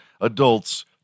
adults